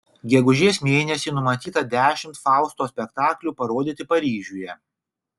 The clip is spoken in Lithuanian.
gegužės mėnesį numatyta dešimt fausto spektaklių parodyti paryžiuje